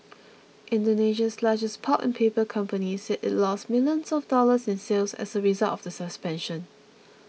Indonesia's largest pulp and paper company said it lost millions of dollars in sales as a result of the suspension